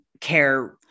care